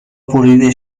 بریده